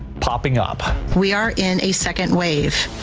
popping up we are in a second wave.